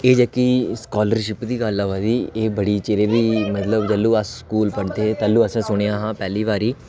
एह् जेह्की स्कालरशिप दी गल्ल आवै दी एह् बड़ी चिरै दी में मतलब जदूं अस स्कूल पढदे हे तदूं असें सुनेआ हा पैह्ली बारी